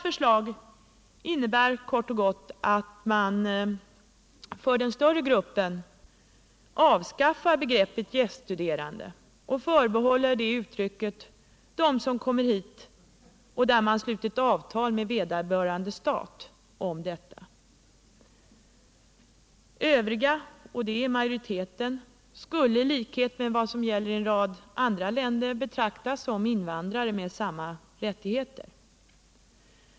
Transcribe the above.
Förslaget innebär kort och gott att man avskaffar begreppet gäststuderande för den större gruppen studerande och förbehåller uttrycket åt dem som kommer hit och för vilka man slutit avtal med vederbörande stat om detta. Övriga — och det är majoriteten — skulle i likhet med vad som gäller i en rad andra länder betraktas som invandrare med samma rättigheter.